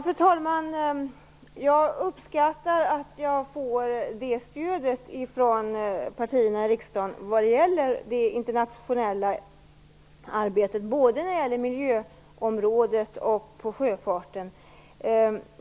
Fru talman! Jag uppskattar att jag får det stödet från partierna i riksdagen i fråga om det internationella arbetet, både när det gäller miljöområdet och beträffande sjöfarten.